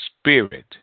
spirit